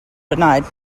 denied